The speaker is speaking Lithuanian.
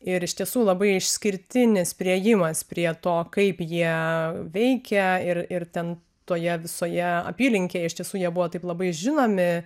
ir iš tiesų labai išskirtinis priėjimas prie to kaip jie veikia ir ir ten toje visoje apylinkėj iš tiesų jie buvo taip labai žinomi